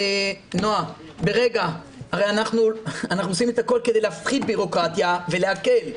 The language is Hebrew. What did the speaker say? אנחנו עושים את הכול כדי להפחית בירוקרטיה ולהקל.